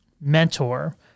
mentor